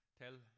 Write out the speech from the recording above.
tell